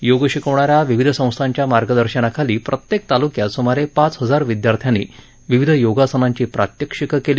योग शिकवणाऱ्या विविध संस्थांच्या मार्गदर्शनाखाली प्रत्येक तालुक्यात सुमारे पाच हजार विद्यार्थ्यांनी विविध योगासनांची प्रात्यक्षिकं केली